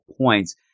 points